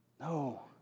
No